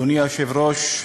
אדוני היושב-ראש,